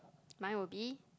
my will be